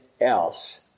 else